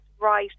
right